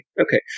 okay